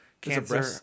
cancer